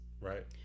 Right